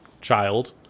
child